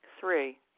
Three